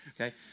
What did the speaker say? Okay